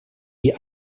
wie